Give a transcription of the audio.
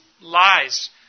lies